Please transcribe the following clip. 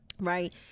Right